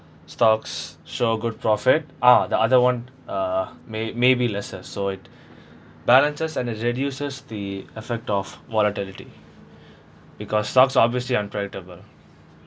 stocks show good profit ah the other one uh may maybe lesser so it balances and it reduces the effect of volatility because stocks obviously unpredictable